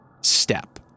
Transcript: step